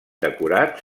decorats